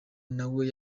nawe